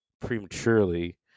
prematurely